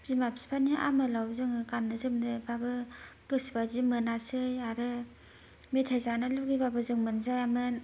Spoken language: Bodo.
बिमा फिफानि आमोलाव जोङो गाननो जोमनो बाबो गोसोबादि मोनासै मेथाय जानो लुगैबाबो जों मोनजायामोन